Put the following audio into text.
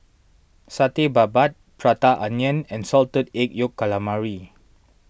Satay Babat Prata Onion and Salted Egg Yolk Calamari